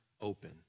open